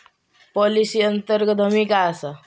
Policy अंतर्गत हमी काय आसा?